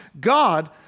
God